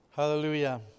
Hallelujah